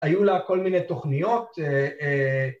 ‫היו לה כל מיני תוכניות אהה.. אהה..